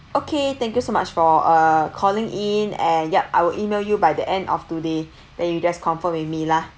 okay thank you so much for uh calling in and ya I will email you by the end of today then you just confirm with me lah